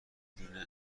دونه